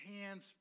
hands